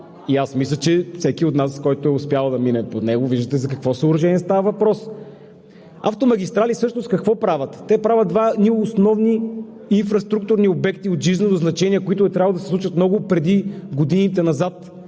И аз мисля, че всеки от нас, който е успял да мине по него, вижда за какво съоръжение става въпрос. „Автомагистрали“ всъщност какво правят? Те правят два основни инфраструктурни обекта от жизнено значение, които трябва да се случат много преди годините назад.